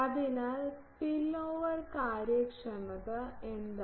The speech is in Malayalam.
അതിനാൽ സ്പിൽഓവർ കാര്യക്ഷമത എന്താണ്